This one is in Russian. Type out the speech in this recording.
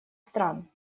стран